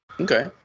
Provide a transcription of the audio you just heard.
okay